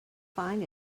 find